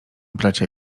bracia